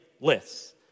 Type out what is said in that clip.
lists